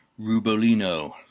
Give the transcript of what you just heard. Rubolino